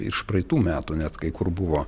iš praeitų metų net kai kur buvo